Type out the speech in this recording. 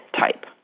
type